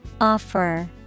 Offer